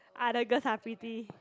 other girls are pretty